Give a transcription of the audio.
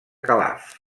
calaf